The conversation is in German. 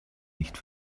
nicht